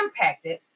impacted